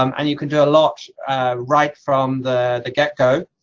um and you can do a lot right from the the get-go,